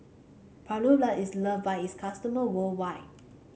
Papulex is loved by its customer worldwide